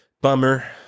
Bummer